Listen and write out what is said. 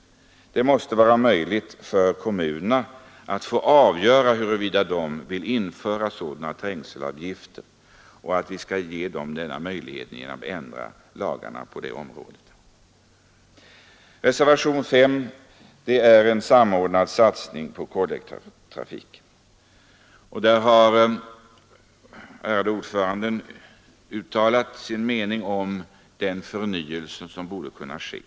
Det måste var möjligt för kommunerna att få avgöra huruvida de vill införa sådana trängselavgifter, och vi skall ge dem denna möjlighet genom att ändra lagarna på detta område. Reservationen 5 gäller en samordnad satsning på kollektivtrafiken. Utskottets ordförande har där uttalat sin mening om den förnyelse som borde kunna ske.